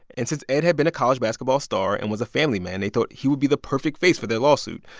and since ed had been a college basketball star and was a family man, they thought he would be the perfect face for their lawsuit.